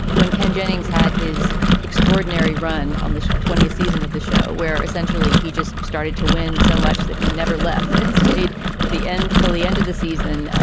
when ken jennings had his extraordinary run on the twentieth season of the show, where essentially he just started to win so much that he never left and stayed for the end till the end of the season, ah